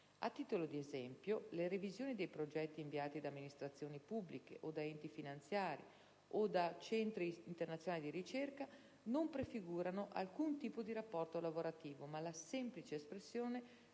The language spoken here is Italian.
A titolo di esempio, le revisioni dei progetti inviati da amministrazioni pubbliche o da enti finanziatori o da centri internazionali di ricerca, non prefigurando alcun tipo di rapporto lavorativo, ma la semplice espressione